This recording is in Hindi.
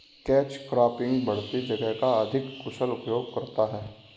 कैच क्रॉपिंग बढ़ती जगह का अधिक कुशल उपयोग करता है